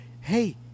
Hey